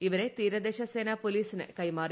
ഇവരെ തീരദേശസേന പോലീസിന് കൈമാറി